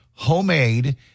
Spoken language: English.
Homemade